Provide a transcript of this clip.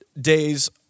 days